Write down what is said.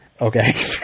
Okay